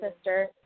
sister